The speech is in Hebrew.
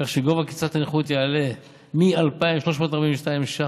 כך שגובה קצבת נכות יעלה מ-2,342 ש"ח